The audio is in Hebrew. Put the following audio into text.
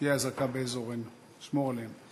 תהיה אזעקה באזורנו, אשמור עליהם.